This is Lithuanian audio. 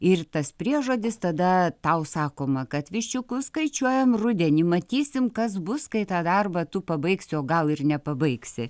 ir tas priežodis tada tau sakoma kad viščiukus skaičiuojam rudenį matysim kas bus kai tą darbą tu pabaigsi o gal ir nepabaigsi